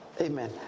amen